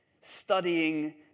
Studying